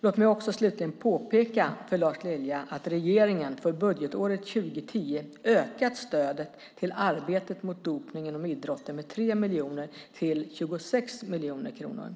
Låt mig slutligen påpeka för Lars Lilja att regeringen för budgetåret 2010 har ökat stödet till arbetet mot dopning inom idrotten med 3 miljoner till 26 miljoner kronor.